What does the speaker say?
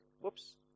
Whoops